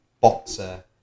boxer